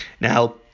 Now